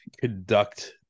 conduct